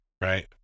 right